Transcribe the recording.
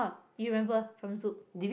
you remember from Zouk